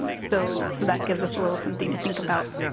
and so so that gives us a little something to think about.